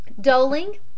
Doling